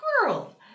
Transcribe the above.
girl